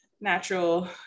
natural